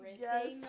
Yes